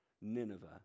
Nineveh